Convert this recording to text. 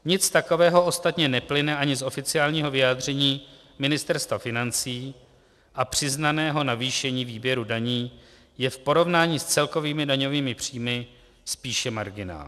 Nic takového ostatně neplyne ani z oficiálního vyjádření Ministerstva financí a přiznaného navýšení výběru daní je v porovnání s celkovými daňovými příjmy spíše marginální.